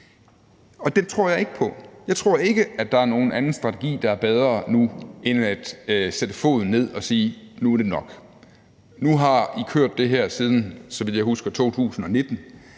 Det tror jeg ikke på. Jeg tror ikke, at der er nogen anden strategi, der er bedre end at sætte foden ned nu og sige: Nu er det nok, nu har I kørt det her siden 2019, så vidt jeg husker, og